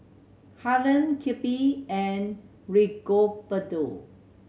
Harlen Kirby and Rigoberto